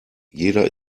jeder